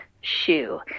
shoe